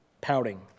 pouting